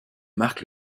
marque